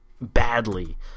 badly